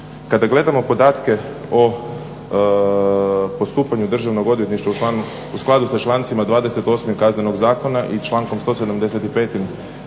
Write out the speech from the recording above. kada gledamo podatke o postupanju Državnog odvjetništva u skladu sa člancima 28. Kaznenog zakona i člankom